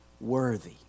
worthy